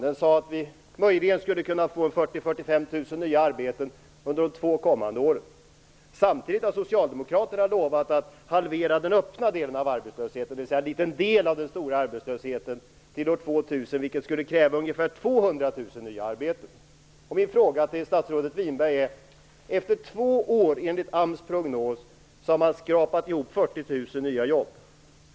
Den visade att vi möjligen skulle kunna få 40 000-45 000 nya arbeten under de två kommande åren. Samtidigt har socialdemokraterna lovat att halvera den öppna delen av arbetslösheten, dvs. en liten del av den stora arbetslösheten, till år 2000. Det skulle kräva ungefär 200 000 nya arbeten. Efter två år har man enligt AMS prognos skrapat ihop 40 000 nya jobb.